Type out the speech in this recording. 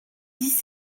dix